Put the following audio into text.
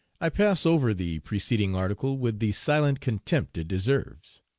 i pass over the preceding article with the silent contempt it deserves.